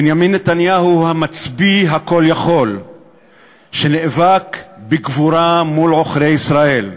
בנימין נתניהו הוא המצביא הכול-יכול שנאבק בגבורה מול עוכרי ישראל.